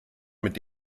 mit